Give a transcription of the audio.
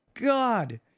God